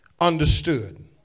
understood